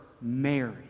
Mary